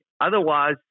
Otherwise